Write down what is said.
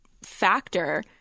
factor